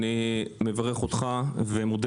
אני מברך אותך ומודה